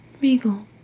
Regal